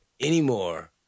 anymore